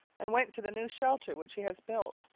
and went to the new shelter which he has built,